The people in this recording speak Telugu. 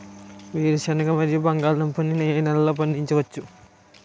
వేరుసెనగ మరియు బంగాళదుంప ని ఏ నెలలో పండించ వచ్చు?